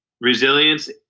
Resilience